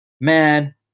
man